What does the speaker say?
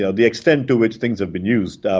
yeah the extent to which things have been used. ah